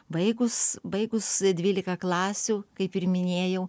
baikus baigus dvyliką klasių kaip ir minėjau